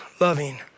loving